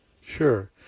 sure